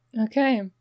Okay